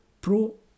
pro